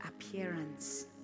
appearance